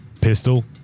pistol